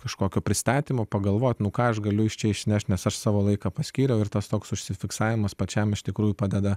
kažkokio pristatymo pagalvoti nu ką aš galiu iš čia išneš nes aš savo laiką paskyriau ir tas toks fiksavimas pačiam iš tikrųjų padeda